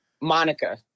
Monica